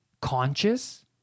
conscious